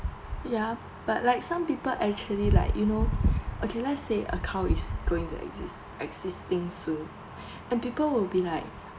ya but like some people actually like you know okay let's say a cow is going to exis~ extinct soon and people would be like